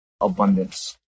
abundance